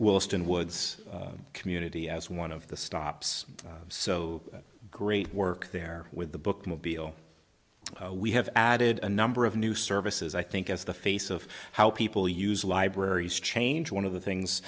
wilson woods community as one of the stops so great work there with the bookmobile we have added a number of new services i think as the face of how people use libraries change one of the things